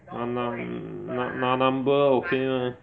!hanna! 拿 number okay lah